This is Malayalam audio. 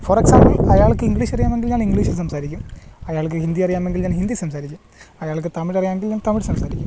ഫോര് എക്സാബില് അയാള്ക്ക് ഇഗ്ലീഷറിയാമെങ്കില് ഞാന് ഇംഗ്ലീഷില് സംസാരിക്കും അയാള്ക്ക് ഹിന്ദി അറിയാമെങ്കില് ഞാന് ഹിന്ദി സംസാരിക്കും അയാള്ക്ക് തമിഴ് അറിയാമെങ്കിൽ ഞാന് തമിഴ് സംസാരിക്കും